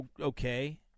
okay